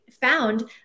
found